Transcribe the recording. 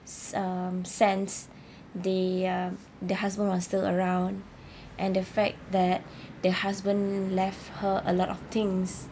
um sense the uh the husband was still around and the fact that the husband left her a lot of things